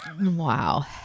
Wow